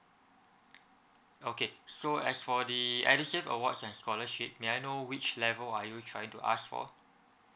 okay so as for the edusave awards and scholarship may I know which level are you trying to ask for